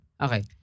Okay